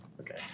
Okay